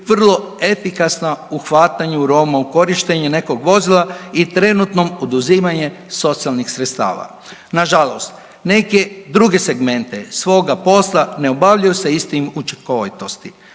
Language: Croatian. vrlo efikasno u hvatanju Roma u korištenje nekog vozila i trenutnom oduzimanje socijalnih sredstava. Nažalost neke druge segmente svoga posla ne obavljaju sa istim učinkovitosti.